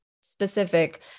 specific